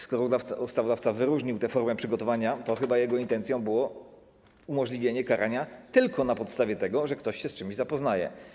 Skoro ustawodawca wyróżnił tę formę przygotowania, to jego intencją było chyba umożliwienie karania tylko na podstawie tego, że ktoś się z czymś zapoznaje.